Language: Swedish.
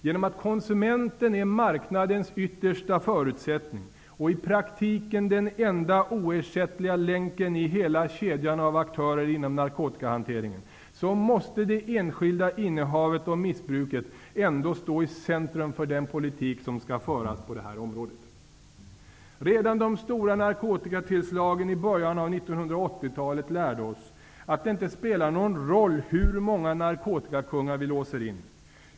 Genom att konsumenten är marknadens yttersta förutsättning, och i praktiken den enda oersättliga länken i hela kedjan av aktörer inom narkotikahanteringen, måste det enskilda innehavet och missbruket ändå stå i centrum för den politik som skall föras på det här området. Redan de stora narkotikatillslagen i början av 1980 talet lärde oss att det inte spelar någon roll hur många narkotikakungar vi låser in.